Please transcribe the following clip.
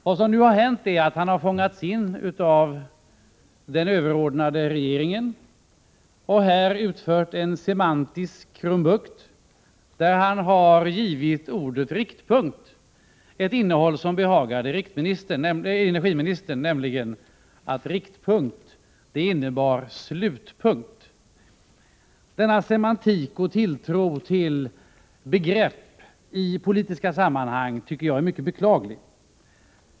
Vad som nu har hänt är att han har fångats in av den överordnade regeringen och här utfört en semantisk krumbukt, där han har givit ordet riktpunkt ett innehåll som behagade energiministern, nämligen att riktpunkt innebar slutpunkt. Denna semantik och tilltro till begrepp i politiska sammanhang är mycket beklaglig.